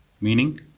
meaning